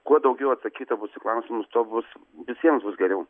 kuo daugiau atsakyta bus į klausimus tuo bus visiems bus geriau